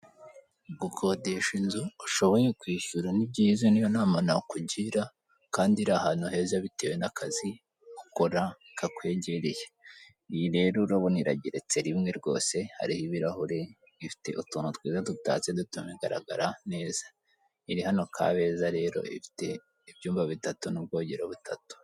Gukodesha inzu ushoboye kwishyura ni byiza niyo nama nakugira kandi ari ahantu heza bitewe n'akazi ukora kakwegereye, iyi rero urabona iragereretse rimwe rwose hari ibirahure ifite n'utuntu twiza dutatse tunagaragara neza, iri hano kabeza rero ifite ibyumba bitatu n'ubwogero butatu.